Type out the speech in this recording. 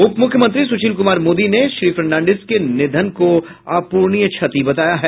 उप मुख्यमंत्री सुशील कुमार मोदी ने श्री फर्नांडिस के निधन को अपूरणीय क्षति बताया है